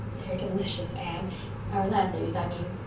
they're delicious, anne our landladies, i mean.